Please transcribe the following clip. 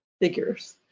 figures